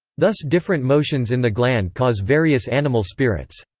thus different motions in the gland cause various animal spirits.